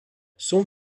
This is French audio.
sont